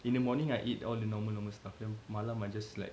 in the morning I eat all the normal normal stuff then malam I just like